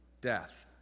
death